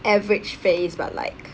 average face but like